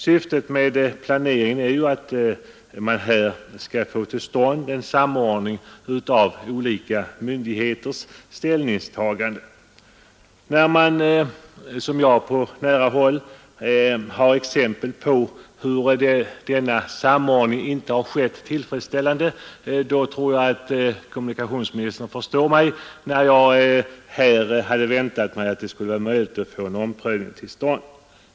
Syftet med planeringen är ju att man här skall få till stånd en samordning av olika myndigheters ställningstaganden. Eftersom jag på nära håll har exempel på att denna samordning inte har skett tillfredsställande tror jag att kommunikationsministern förstår mig när jag hade väntat mig att det skulle vara möjligt att få en omprövning till stånd.